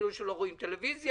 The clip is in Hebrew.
כאילו שלא רואים טלוויזיה,